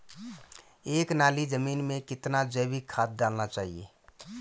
एक नाली जमीन में कितना जैविक खाद डालना चाहिए?